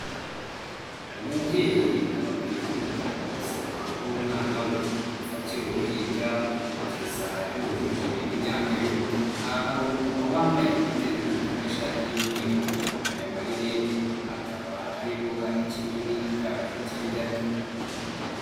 Umubyeyi aba akwiye kwita ku buzima bw'umwana we kuva akiri uruhinja kugeza yujuje imyaka y'ubukure. Aha hari umupapa wambaye ikote ry'umukara n'ishati y'umweru, yambaye amarinete, akaba ari guha ikinini akana kakiri gato.